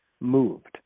moved